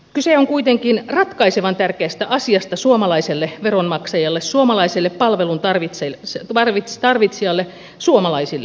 kyse on kuitenkin ratkaisevan tärkeästä asiasta suomalaiselle veronmaksajalle suomalaiselle palvelun tarvitsijalle suomalaisille